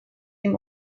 ihm